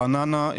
ברעננה,